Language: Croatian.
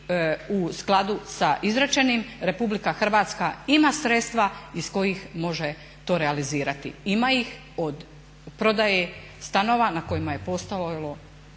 u skladu sa izrečenim RH ima sredstva iz kojih može to realizirati. Ima ih od prodaje stanova na kojima je postojalo